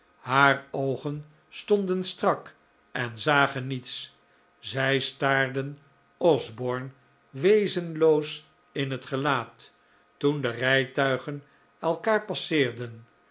haar oogen stonden strak en zagen niets zij staarden osborne wezenloos in het gelaat toen de rijtuigen elkaar passeerden